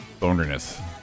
bonerness